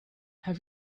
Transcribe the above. have